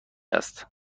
است